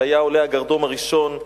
שהיה עולה הגרדום הראשון,